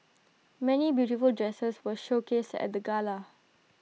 many beautiful dresses were showcased at the gala